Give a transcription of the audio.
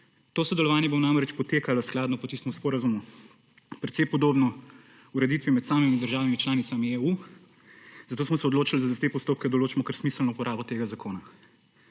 To sodelovanje bo namreč potekalo skladno po tistem sporazumu, precej podobno ureditvi med državami članicami EU. Zato smo se odločili, da za te postopke določimo kar smiselno uporabo tega zakona.